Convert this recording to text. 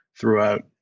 throughout